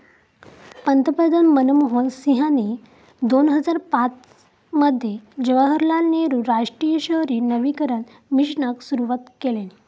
पंतप्रधान मनमोहन सिंहानी दोन हजार पाच मध्ये जवाहरलाल नेहरु राष्ट्रीय शहरी नवीकरण मिशनाक सुरवात केल्यानी